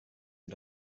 wir